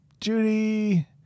Judy